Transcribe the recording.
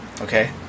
Okay